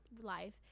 life